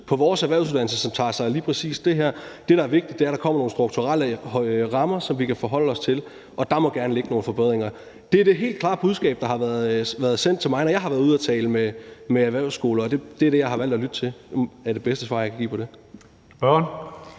på vores erhvervsuddannelser, som tager sig af lige præcis det her. Men det, der er vigtigt, er, at der kommer nogle strukturelle rammer, som vi kan forholde os til, og der må gerne ligge nogle forbedringer. Det er det helt klare budskab, der er blevet sendt til mig, når jeg har været ude at tale med erhvervsskoler, og det er det, jeg har valgt at lytte til. Det er det bedste svar, jeg kan give på det.